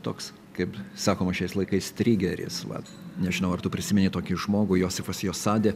toks kaip sakoma šiais laikais trigeris va nežinau ar tu prisimeni tokį žmogų josifas josadė